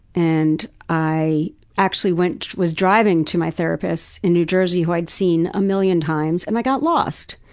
and i actually went, was driving to my therapist in new jersey who i'd seen a million times and i got lost.